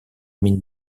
mines